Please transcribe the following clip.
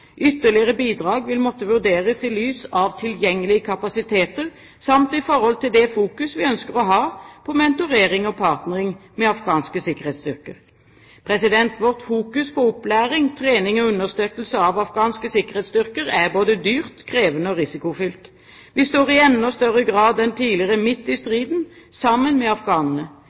Ytterligere bidrag vil måtte vurderes i lys av tilgjengelige kapasiteter samt i forhold til det fokus vi ønsker å ha på mentorering og partnering med afghanske sikkerhetsstyrker. Vårt fokus på opplæring, trening og understøttelse av afghanske sikkerhetsstyrker er både dyrt, krevende og risikofylt. Vi står i enda større grad enn tidligere midt i striden sammen med